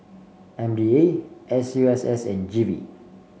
M D A S U S S and G V